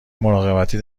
مراقبتی